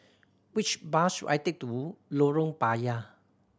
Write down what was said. which bus should I take to Lorong Payah